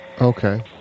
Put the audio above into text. Okay